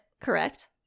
correct